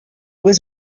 was